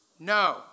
No